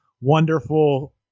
wonderful